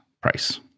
price